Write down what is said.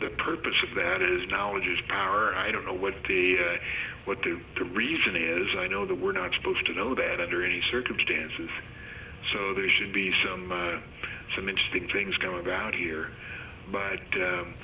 the purpose of that is knowledge is power i don't know what the what the reason is i know the we're not supposed to know that under any circumstances so there should be some some interesting things going around here but